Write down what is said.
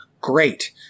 great